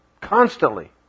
constantly